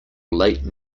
late